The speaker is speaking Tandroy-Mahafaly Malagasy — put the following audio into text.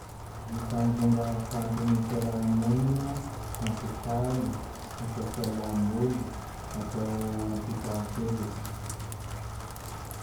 Ny tanjogne raha kanto am fiaraha-monigne: hampifale; hatao fialam-boly; hatao hampitan-kevitsy.